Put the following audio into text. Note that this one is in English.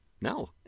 No